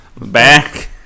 Back